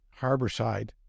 Harborside